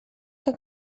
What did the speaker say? que